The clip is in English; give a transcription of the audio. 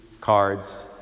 cards